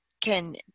can-